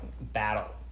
battle